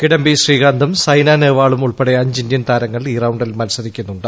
കിഡംബി ശ്രീകാന്തും സൈന നെഹ്വാളും ഉൾപ്പെടെ അഞ്ച് ഇന്ത്യൻ താരങ്ങൾ ഈ റൌണ്ടിൽ മത്സരിക്കുന്നുണ്ട്